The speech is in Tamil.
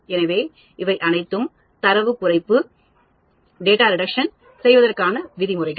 எனவே இவை அனைத்தும் தரவுகுறைப்பு செய்வதற்கான விதிமுறைகள்